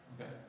Okay